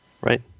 Right